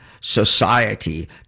Society